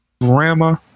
grandma